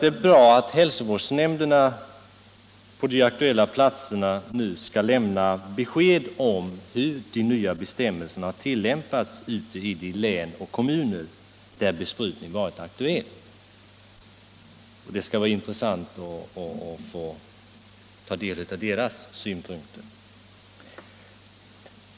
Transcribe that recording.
Det är bra att hälsovårdsnämnderna på de aktuella platserna nu skall lämna besked om hur de nya bestämmelserna har tillämpats ute i de län och kommuner där besprutning varit aktuell. Det skall bli intressant att få ta del av deras synpunkter.